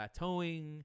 plateauing